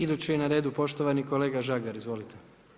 Idući je na redu poštovani kolega Žagar, izvolite.